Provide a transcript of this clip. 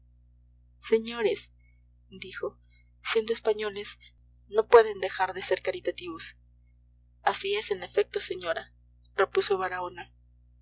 señores dijo siendo españoles no pueden dejar de ser caritativos así es en efecto señora repuso baraona